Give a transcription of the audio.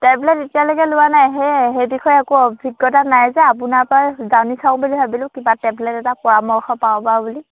tablet এতিয়ালৈকে লোৱা নাই সেয়ে সেই বিষয়ে আকৌ অভিজ্ঞতা নাই যে আপোনাৰপৰাই জানি চাওঁ বুলি ভাবিলো কিবা টেবলেট এটা পৰামৰ্শ পাওঁ বা বুলি